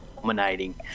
dominating